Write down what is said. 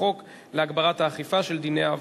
בחוק להגברת האכיפה של דיני העבודה.